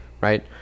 right